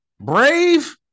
brave